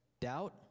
Doubt